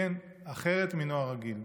כן, אחרת מנוער רגיל.